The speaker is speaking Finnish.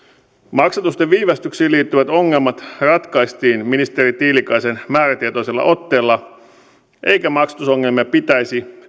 maksatusten viivästyksiin liittyvät ongelmat ratkaistiin ministeri tiilikaisen määrätietoisella otteella eikä maksatusongelmia pitäisi